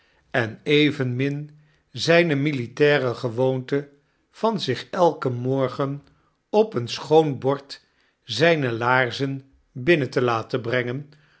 en evenmin zyne militaire gewoonte van zich elken morgen op een schoon bord zyne iaarzen binnen te laten brengen